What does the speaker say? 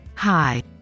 Hi